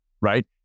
right